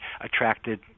attracted